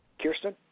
Kirsten